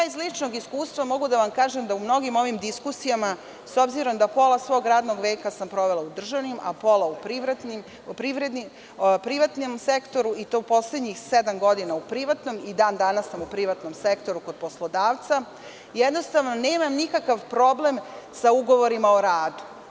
Iz ličnog iskustva mogu da vam kažem da u mnogim ovim diskusijama, s obzirom da sam pola radnog veka provela u državnim, a pola u privatnom sektoru, i to poslednjih sedam godina u privatnom, i dan danas sam u privatnom sektoru kod poslodavca, jednostavno, nemam nikakav problem sa ugovorima o radu.